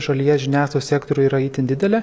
šalyje žiniasklaidos sektoriui yra itin didelė